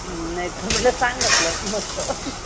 नाहीतर म्हटलं सांग आपलं मस्त